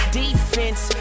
defense